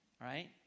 right